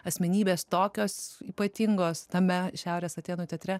asmenybės tokios ypatingos tame šiaurės atėnų teatre